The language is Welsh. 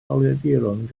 holiaduron